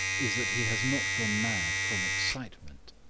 is that he has not gone mad from excitement.